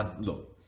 look